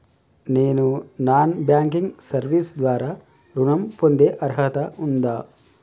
నేను non banking service ద్వారా ఋణం పొందే అర్హత ఉందా?